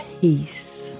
peace